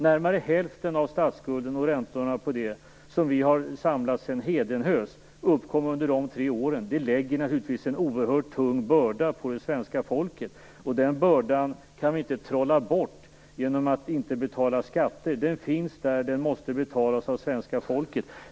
Närmare hälften av statsskulden och räntorna på den, som samlats sedan hedenhös, uppkom under de tre åren. Detta lägger naturligtvis en oerhört tung börda på det svenska folket. Denna börda kan man inte trolla bort genom att inte betala skatter. Skulden finns där, och den måste betalas av svenska folket.